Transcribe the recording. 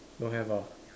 don't have ah